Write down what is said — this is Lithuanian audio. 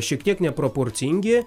šiek tiek neproporcingi